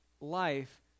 life